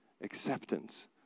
acceptance